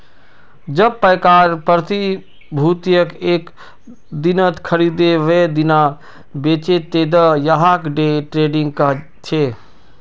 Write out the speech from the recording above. जब पैकार प्रतिभूतियक एक दिनत खरीदे वेय दिना बेचे दे त यहाक डे ट्रेडिंग कह छे